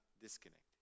disconnect